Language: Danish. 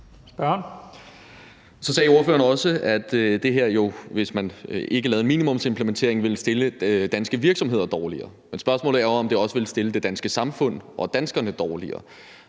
Så sagde ordføreren også, at det her jo – hvis man ikke lavede minimumsimplementeringen – ville stille danske virksomheder dårligere. Men spørgsmålet er, om det også ville stille det danske samfund og danskerne dårligere.